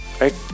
right